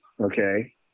okay